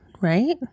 right